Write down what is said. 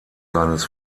seines